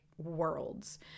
worlds